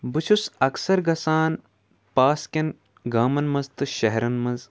بہٕ چھُس اکثر گژھان پاس کٮ۪ن گامَن منٛز تہٕ شہرن منٛز